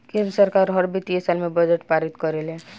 केंद्र सरकार हर वित्तीय साल में बजट पारित करेले